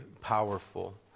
powerful